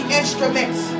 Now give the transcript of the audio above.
instruments